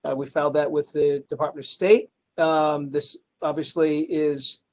ah we found that with the department of state this obviously is.